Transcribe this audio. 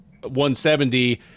170